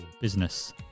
business